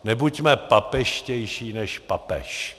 Nebuďme papežštější než papež!